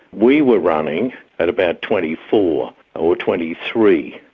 we were running at about twenty four, or twenty three,